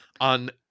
on